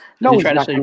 No